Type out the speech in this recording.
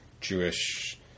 Jewish